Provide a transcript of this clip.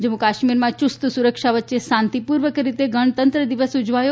જમ્મુ કાશ્મીરમાં યુસ્ત સુરક્ષા વચ્ચે શાંતિપૂર્વક રીતે ગણતંત્ર દિવસ ઉજવાયો